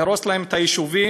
להרוס להם את היישובים,